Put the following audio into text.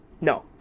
No